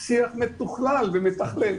איזשהו שיח מתוכלל ומתכלל.